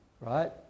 right